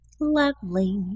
Lovely